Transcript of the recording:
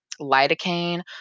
lidocaine